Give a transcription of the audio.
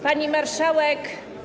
Pani Marszałek!